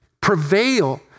prevail